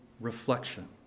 reflection